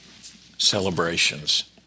celebrations